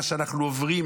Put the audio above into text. מה שאנחנו עוברים,